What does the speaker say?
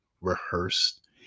rehearsed